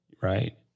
right